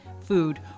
food